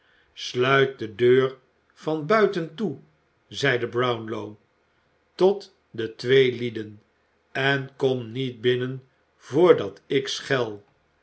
de deur van buiten toe zeide brownoliviir twist olivier twist low tot de twee lieden en komt niet binnen voordat ik schel